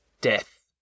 death